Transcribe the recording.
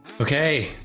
Okay